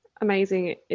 Amazing